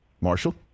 Marshall